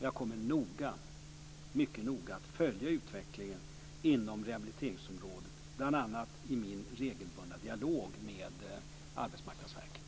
Jag kommer att mycket noga följa utvecklingen inom rehabiliteringsområdet, bl.a. i min regelbundna dialog med Arbetsmarknadsverket.